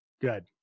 good